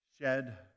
shed